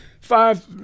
five